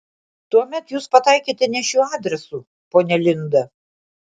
tuomet jūs pataikėte ne šiuo adresu ponia linda